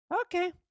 Okay